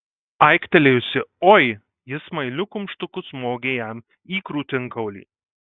aiktelėjusi oi ji smailiu kumštuku smogė jam į krūtinkaulį